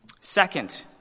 Second